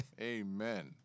Amen